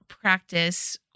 practice